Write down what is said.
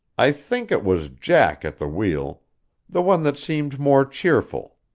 i think it was jack at the wheel the one that seemed more cheerful,